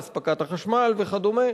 אספקת החשמל וכדומה.